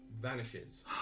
vanishes